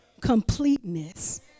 completeness